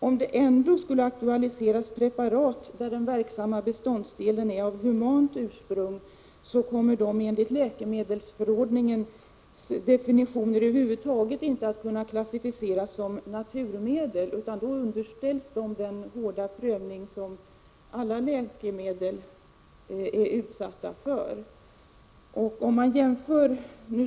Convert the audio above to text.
Om det ändå skulle aktualiseras preparat där den verksamma beståndsdelen är av humant ursprung, kommer de enligt läkemedelsförordningens definitioner över huvud taget inte att kunna klassificeras som naturmedel, utan då underställs de den hårda prövning som alla läkemedel är utsatta för.